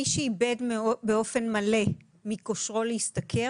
מי שאיבד, באופן מלא, מכושרו להשתכר